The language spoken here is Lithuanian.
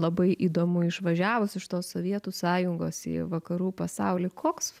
labai įdomu išvažiavus iš tos sovietų sąjungos į vakarų pasaulį koks